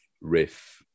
Riff